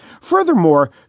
Furthermore